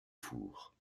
four